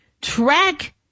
track